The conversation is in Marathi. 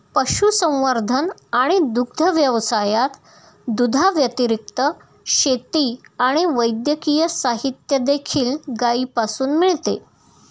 पशुसंवर्धन आणि दुग्ध व्यवसायात, दुधाव्यतिरिक्त, शेती आणि वैद्यकीय साहित्य देखील गायीपासून मिळते